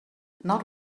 not